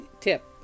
tip